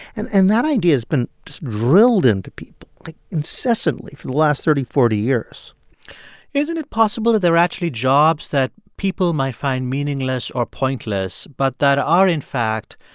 and and that idea has been drilled into people, like, incessantly for the last thirty, forty years isn't it possible that there are actually jobs that people might find meaningless or pointless but that are, in fact,